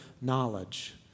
knowledge